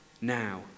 Now